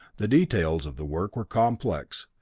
the details of the work were complex,